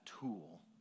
tool